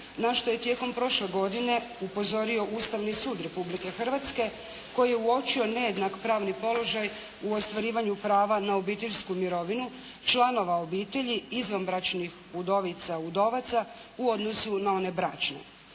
na što je tijekom prošle godine upozorio Ustavni sud Republike Hrvatske koji je uočio nejednak pravni položaj u ostvarivanju prava na obiteljsku mirovinu članova obitelji, izvanbračnih udovica, udovaca u odnosu na one bračne.